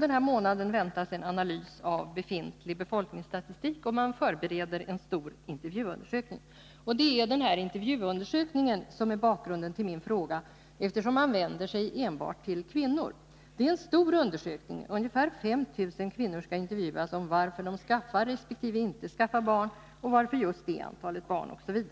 Den här månaden väntas en analys av befintlig befolkningsstatistik, och man förbereder en stor intervjuundersökning. Det är denna som är bakgrunden till min fråga, eftersom man vänder sig till enbart kvinnor. Det är en stor undersökning. Ungefär 5 000 kvinnor skall intervjuas om varför de skaffar sig eller inte skaffar sig barn, varför man valt just det ifrågavarande antalet barn osv.